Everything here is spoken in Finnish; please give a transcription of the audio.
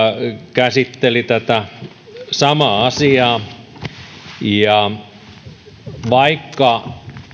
käsitteli tätä samaa asiaa ja vaikka